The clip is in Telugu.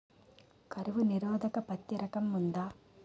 కరువు నిరోధక పత్తి రకం ఉందా?